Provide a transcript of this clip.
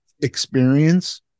experience